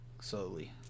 Slowly